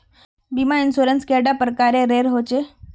बीमा इंश्योरेंस कैडा प्रकारेर रेर होचे